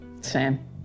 Sam